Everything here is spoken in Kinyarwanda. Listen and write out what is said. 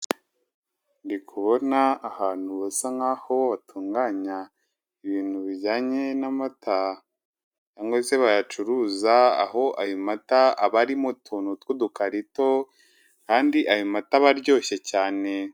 Ndibona ahantu basa nk'aho batunganya ibintu bijyanye n'amata cyangwa se bayacuruza, aho ayo mata aba ari mu tuntu tw'udukarito kandi ayo mata aba aryoshye cyane.